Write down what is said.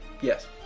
Yes